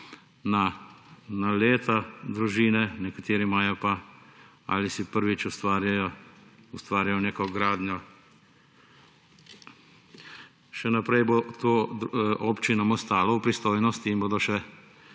na leta družine, nekateri imajo pa, ali prvič ustvarjajo neko gradnjo. Še naprej bo to občinam ostalo v pristojnosti in bodo še